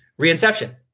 Reinception